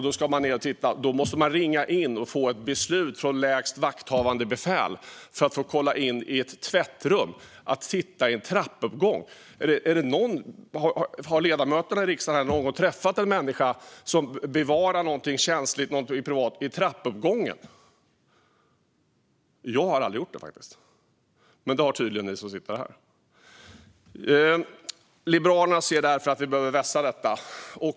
Då måste de ringa in och få ett beslut från lägst vakthavande befäl för att få kolla ett tvättrum och titta i en trappuppgång. Har ledamöterna här i riksdagen någon gång träffat en människa som förvarar något känsligt, något privat, i trappuppgången? Jag har faktiskt aldrig gjort det. Men det har tydligen ni som sitter här. Liberalerna anser att vi behöver vässa detta.